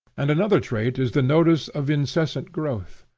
and another trait is the notice of incessant growth.